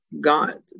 God